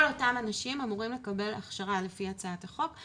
כל אותם אנשים אמורים לקבל הכשרה לפי הצעת החוק,